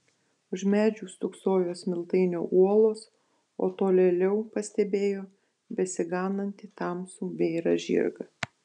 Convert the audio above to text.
už medžių stūksojo smiltainio uolos o tolėliau pastebėjo besiganantį tamsų bėrą žirgą